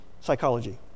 psychology